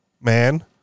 man